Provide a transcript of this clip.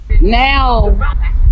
now